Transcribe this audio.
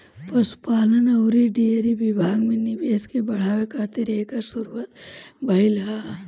पशुपालन अउरी डेयरी विभाग में निवेश के बढ़ावे खातिर एकर शुरुआत भइल हवे